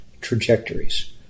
trajectories